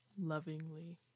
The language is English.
Lovingly